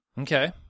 Okay